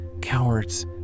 cowards